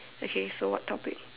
okay so what topic